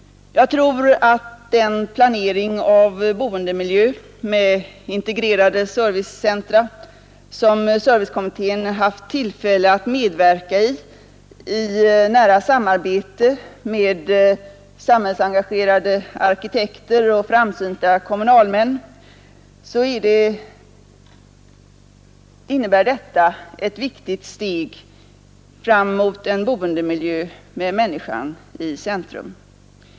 Jag tror att den planering av boendemiljö med integrerade servicecentra, som servicekommittén haft tillfälle att medverka i under nära samarbete med samhällsengagerade arkitekter och framsynta kommunalmän, innebär ett viktigt steg fram mot en boendemiljö med människan i centrum.